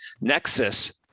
Nexus